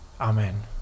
Amen